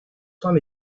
soins